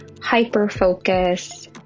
hyper-focus